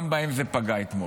גם בהן זה פגע אתמול.